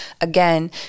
again